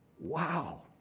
Wow